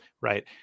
right